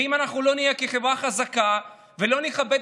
ואם אנחנו לא נהיה חברה חזקה ולא נכבד